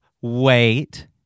Wait